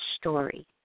story